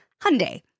Hyundai